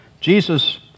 Jesus